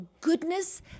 goodness